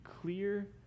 clear